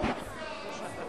זה נכון.